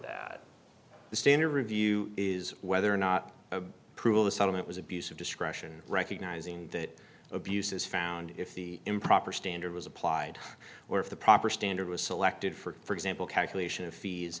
that the standard review is whether or not a proof of the settlement was abuse of discretion recognizing that abuse is found if the improper standard was applied or if the proper standard was selected for for example calculation of fees